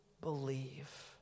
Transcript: believe